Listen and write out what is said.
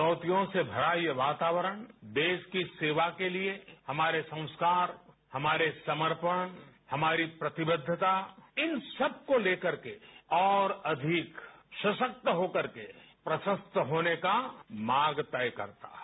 चुनौतियों भरा ये वातावरण देश की सेवा के लिए हमारे संस्कार हमारे समर्पण हमारी प्रतिबद्धता इन सबको लेकर के और अधिक सशक्त होकर के प्रसस्त होने का मार्ग तय करता है